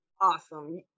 awesome